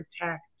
protect